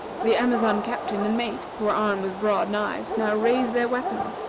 the amazon captain and mate, who were armed with broad knives, now raised their weapons,